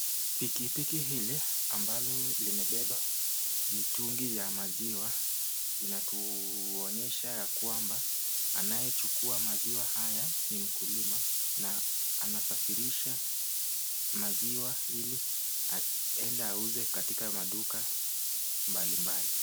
Pikipiki hili ambalo limebeba mitungi ya maziwa, inatuonyesha ya kwamba anayechukua maziwa haya ni mkulima na anasafirisha maziwa ili aende auze katika maduka mbali mbali.